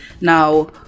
Now